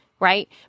Right